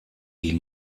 wie